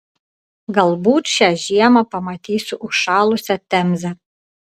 galbūt šią žiemą pamatysiu užšalusią temzę